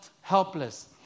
helpless